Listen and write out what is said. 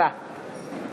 "התקווה".